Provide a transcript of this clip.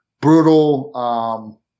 brutal